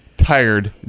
Tired